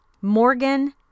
Morgan